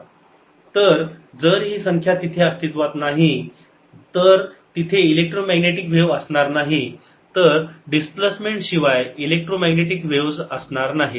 तर जर ही संख्या तिथे अस्तित्वात नाही तर तिथे इलेक्ट्रोमॅग्नेटिक व्हेव असणार नाही तर डिस्प्लेसमेंट शिवाय इलेक्ट्रोमॅग्नेटिक व्हेव्ज असणार नाहीत